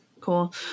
Cool